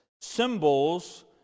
symbols